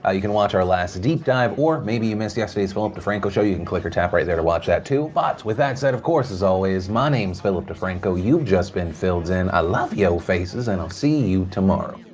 ah you can watch our last deep dive. or maybe you missed yesterday's philip defranco show, you can click or tap right there to watch that, too. but with that said, of course as always, my name's philip defranco. you've just been filled in. i love yo' faces, and i'll see you tomorrow.